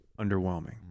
underwhelming